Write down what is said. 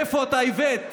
איפה אתה, איווט?